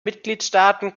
mitgliedstaaten